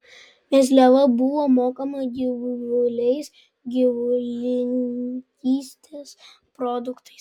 mezliava buvo mokama gyvuliais gyvulininkystės produktais